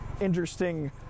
interesting